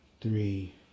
Three